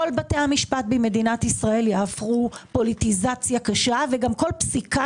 כל בתי המשפט במדינת ישראל יהפכו פוליטיזציה קשה וכל פסיקה